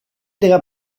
della